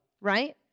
Right